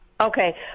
Okay